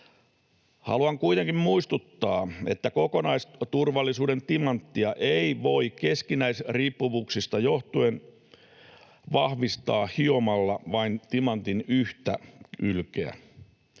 Haluan kuitenkin muistuttaa, että kokonaisturvallisuuden timanttia ei voi keskinäisriippuvuuksista johtuen vahvistaa hiomalla vain timantin yhtä kylkeä.